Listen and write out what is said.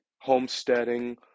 homesteading